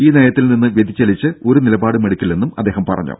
ഈ നയത്തിൽ നിന്ന് വ്യതിചലിച്ച് ഒരു നിലപാടും എടുക്കില്ലെന്ന് അദ്ദേഹം പറഞ്ഞു